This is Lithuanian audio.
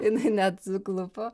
jinai net suklupo